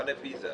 ממבחני פיזה?